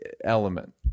element